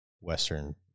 Western